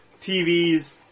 TVs